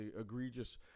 egregious